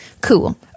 Cool